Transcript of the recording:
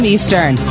Eastern